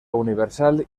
universal